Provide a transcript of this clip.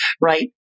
right